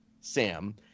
Sam